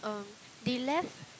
um they left